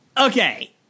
Okay